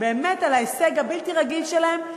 באמת, על ההישג הבלתי-רגיל שלהם,